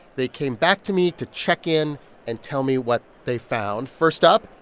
they came back to me to check in and tell me what they found. first up,